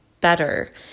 better